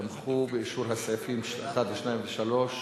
תמכו באישור הסעיפים 1, 2 ו-3